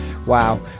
Wow